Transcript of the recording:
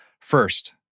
First